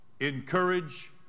encourage